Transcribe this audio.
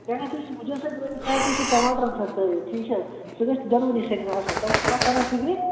چاہے تُہۍ سُہ مُجَن سۭتۍ ترٲوِو چاہے تُہۍ سُہ ٹماٹرن سۭتۍ ترٛٲوِو ٹھیٖک چھا حظ سُہ گژھِ دۄنوٕنی سۭتۍ اَصٕل تۄہہِ چھا کَتھ تَران فِکرِی